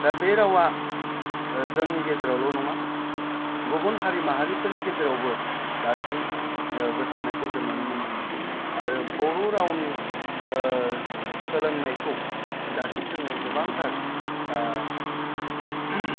दा बे रावआ जोंनि गेजेरावल नङा गुबुन हारि माहारिफोरनि गेजेरावबो दासिम ओह गोसारनायखौ जों नुनो मोनदों आरो बर' रावनि सोलोंनायखौ दासिम जोङो गोबांथार